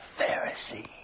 Pharisee